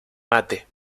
mate